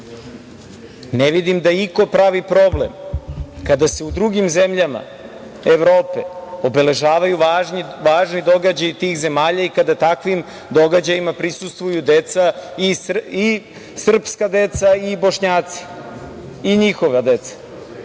vidim da iko pravi problem kada se u drugim zemljama Evrope obeležavaju važni događaji tih zemalja i kada takvim događajima prisustvuju deca i srpska deca i Bošnjaci i njihova deca.